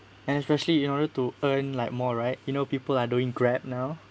and especially in order to earn like more right you know people are doing Grab now